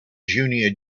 junior